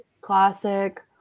classic